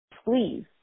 Please